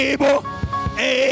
Able